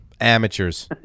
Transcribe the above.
amateurs